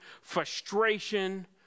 frustration